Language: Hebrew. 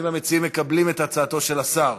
האם המציעים מקבלים את הצעתו של השר?